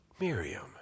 Miriam